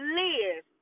live